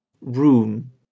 room